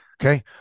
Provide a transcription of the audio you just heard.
Okay